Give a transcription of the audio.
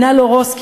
ענה לו רוס,